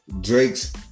Drake's